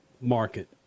market